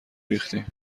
ریختین